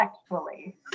sexually